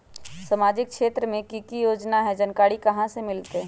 सामाजिक क्षेत्र मे कि की योजना है जानकारी कहाँ से मिलतै?